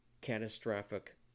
catastrophic